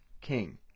king